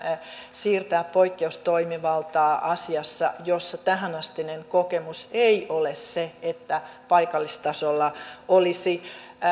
siirtää poikkeustoimivaltaa asiassa jossa tähänastinen kokemus ei ole se että paikallistasolla olisi